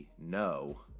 No